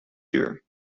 duur